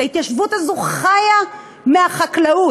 ההתיישבות הזו חיה מהחקלאות.